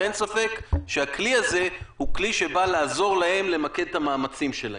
ואין ספק שהכלי הזה הוא כלי שבא לעזור להם למקד את המאמצים שלהם.